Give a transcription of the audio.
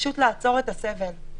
פשוט לעצור את הסבל.